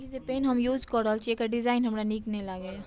ई जे पेन हम यूज कऽ रहल छी एकर डिजाइन हमरा नीक नहि लागैये